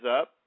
up